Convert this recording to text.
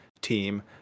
team